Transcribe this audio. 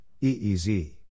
EEZ